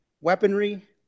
weaponry